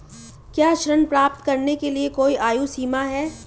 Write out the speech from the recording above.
क्या ऋण प्राप्त करने के लिए कोई आयु सीमा है?